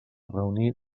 reunir